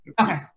Okay